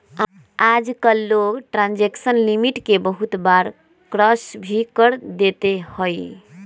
आजकल लोग transaction limit के बहुत बार क्रास भी कर देते हई